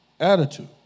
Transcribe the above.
attitude